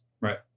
right